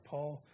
Paul